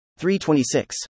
326